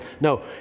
No